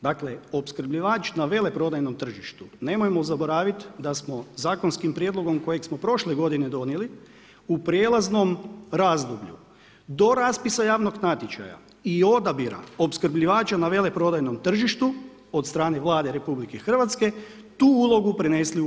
Dakle, opskrbljivač na veleprodajnom tržištu, nemojmo zaboraviti da smo zakonskim prijedlogom kojeg smo prošle godine donijeli, u prijelaznom razdoblju, do raspisa javnog natječaja i odabira opskrbljivača na veleprodajnom tržištu od strane Vlade RH, tu ulogu prenesli u HEP.